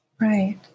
Right